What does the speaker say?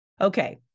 Okay